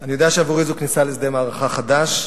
אני יודע שעבורי זו כניסה לשדה מערכה חדש.